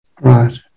Right